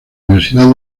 universidad